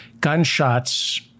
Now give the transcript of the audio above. Gunshots